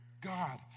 God